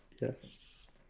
Yes